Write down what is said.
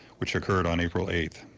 which occurred on april eight.